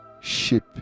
ship